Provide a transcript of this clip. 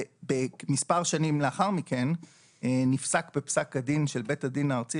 מספר שנים לאחר מכן נפסק בפסק הדין של בית הדין הארצי